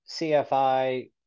CFI